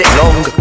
long